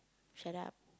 shut up